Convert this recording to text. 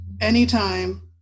anytime